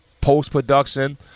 post-production